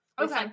Okay